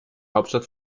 hauptstadt